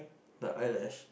the eyelash